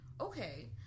okay